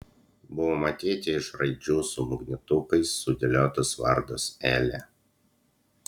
buvo matyti iš raidžių su magnetukais sudėliotas vardas elė